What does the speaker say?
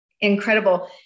incredible